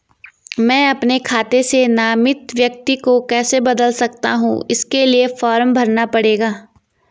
मैं अपने खाते से नामित व्यक्ति को कैसे बदल सकता हूँ इसके लिए फॉर्म भरना पड़ेगा?